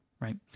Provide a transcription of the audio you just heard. right